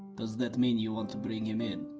does that mean you want to bring him in?